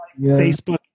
facebook